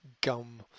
gum